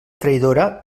traïdora